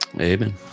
amen